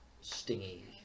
stingy